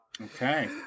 okay